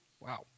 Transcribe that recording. Wow